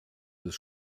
des